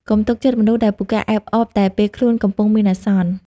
កុំទុកចិត្តមនុស្សដែលពូកែអែបអបតែពេលខ្លួនកំពុងមានអាសន្ន។